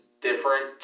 different